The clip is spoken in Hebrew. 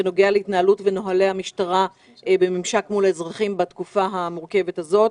בנוגע להתנהלות ונהלי המשטרה בממשק מול האזרחים בתקופה המורכבת הזאת.